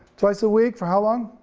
twice a week for how long?